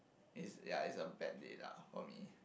is ya is a bad day lah for me